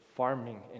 farming